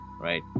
right